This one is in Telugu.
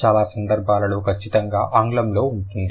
చాలా సందర్భాలలో ఖచ్చితంగా ఆంగ్లంలో ఉంటుంది